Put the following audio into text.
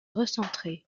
recentrer